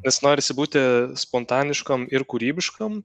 nes norisi būti spontaniškam ir kūrybiškam